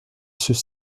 ceux